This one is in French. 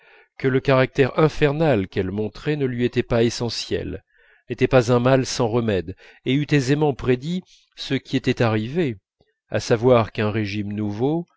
que le caractère infernal qu'elle montrait ne lui était pas essentiel n'était pas un mal sans remède et eût aisément prédit ce qui était arrivé à savoir qu'un régime nouveau